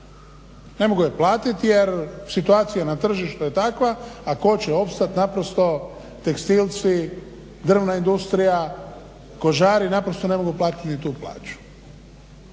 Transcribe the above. Ne mogu je platiti jer situacija na tržištu je takva a tko će opstat, naprosto tekstilci, drvna industrija, kožari naprosto ne mogu platiti ni tu plaću.